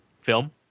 film